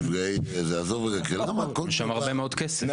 יש שם הרבה מאוד כסף.